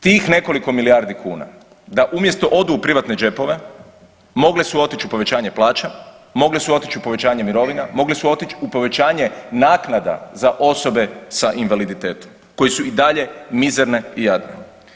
Tih nekoliko milijardi kuna da umjesto odu u privatne džepove mogle su otići u povećanje plaća, mogle su otići u povećanje mirovina, mogle su otići u povećanje naknada za osobe sa invaliditetom koje su i dalje mizerne i jadne.